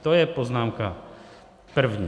To je poznámka první.